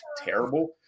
terrible